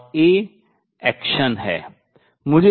और A क्रिया है